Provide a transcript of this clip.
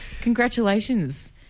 congratulations